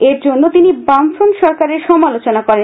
এর জন্য তিনি বামফ্রন্ট সরকারের সমালোচনা করেন